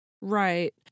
Right